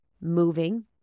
moving